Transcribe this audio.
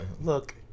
Look